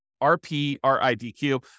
R-P-R-I-D-Q